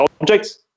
objects